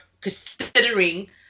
considering